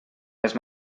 les